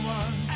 one